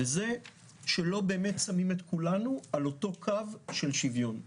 וזה שלא באמת שמים את כולנו על אותו קו של שוויון.